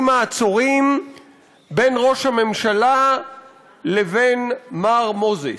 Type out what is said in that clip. מעצורים בין ראש הממשלה לבין מר מוזס.